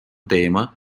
teema